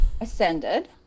ascended